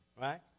Right